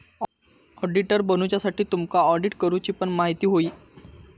auditor बनुच्यासाठी तुमका audit करूची पण म्हायती होई